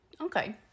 Okay